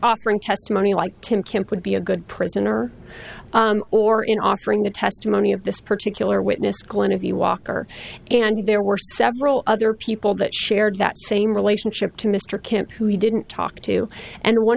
offering testimony like tim kemp would be a good prisoner or in offering the testimony of this particular witness glenn of the walker and there were several other people that shared that same relationship to mr kemp who he didn't talk to and one